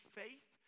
faith